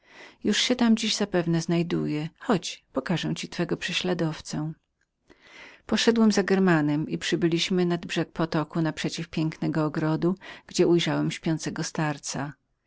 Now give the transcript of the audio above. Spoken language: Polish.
już musi tam być chodź zobaczysz twego prześladowcę poszedłem za germanem i przybyliśmy nad brzeg potoku naprzeciw pięknego ogrodu gdzie ujrzałem śpiącego starca